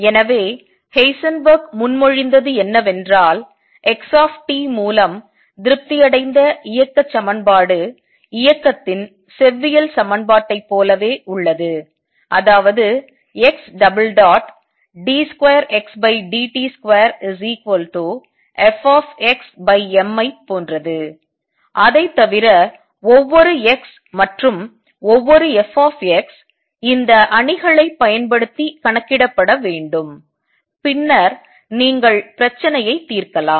எனவே ஹெய்சன்பெர்க் முன்மொழிந்தது என்னவென்றால் x மூலம் திருப்திஅடைந்த இயக்கச் சமன்பாடு இயக்கத்தின் செவ்வியல் சமன்பாட்டைப் போலவே உள்ளது அதாவது x d2xdt2Fxm ஐ போன்றது அதைத் தவிர ஒவ்வொரு x மற்றும் ஒவ்வொரு Fx இந்த அணிகளை பயன்படுத்தி கணக்கிடப்பட வேண்டும் பின்னர் நீங்கள் பிரச்சனையை தீர்க்கலாம்